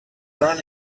run